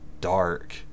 dark